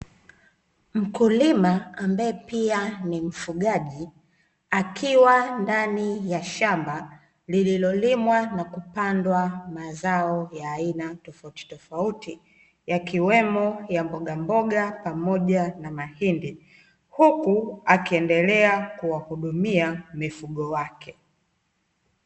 Mkulima ambaye pia ni mfugaji akiwa ndani ya shamba lililolimwa na kupandwa mazao ya aina tofautitofauti, yakiwemo ya mbogamboga pamoja na mahindi, huku akiendelea kuwahudumia mifugoo wake.